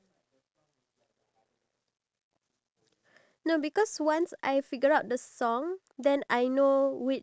oh that's not bad you know it's it's better than the one where you sold your laptop and then only got like how much